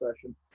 session